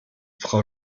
frau